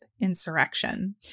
insurrection